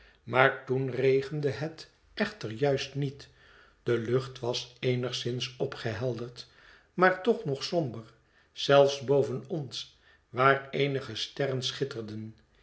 maar toen regende het echter juist niet de lucht was eenigszins opgehelderd maar toch nog somber zelfs boven ons waar eenige sterren schitterden